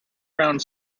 round